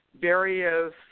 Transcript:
various